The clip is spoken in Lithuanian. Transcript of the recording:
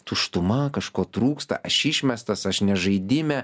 tuštuma kažko trūksta aš išmestas aš ne žaidime